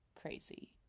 crazy